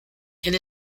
and